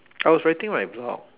I was writing my blog